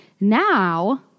now